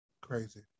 Crazy